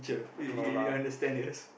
you you you understand yes